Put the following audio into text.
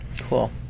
Cool